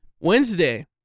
Wednesday